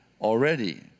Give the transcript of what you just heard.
already